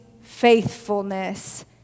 faithfulness